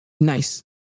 nice